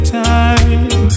time